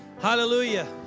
Hallelujah